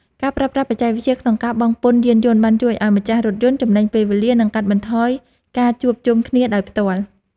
ការប្រើប្រាស់បច្ចេកវិទ្យាក្នុងការបង់ពន្ធយានយន្តបានជួយឱ្យម្ចាស់រថយន្តចំណេញពេលវេលានិងកាត់បន្ថយការជួបជុំគ្នាដោយផ្ទាល់។